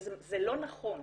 וזה לא נכון.